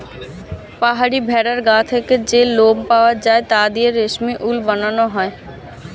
পাহাড়ি ভেড়ার গা থেকে যে লোম পাওয়া যায় তা দিয়ে রেশমি উল বানানো হয়